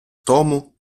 тому